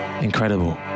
incredible